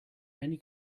many